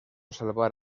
salvar